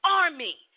army